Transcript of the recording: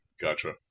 Gotcha